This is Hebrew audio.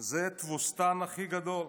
זה התבוסתן הכי גדול,